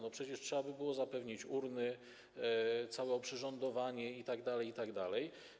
No przecież trzeba by było zapewnić urny, całe oprzyrządowanie itd., itd.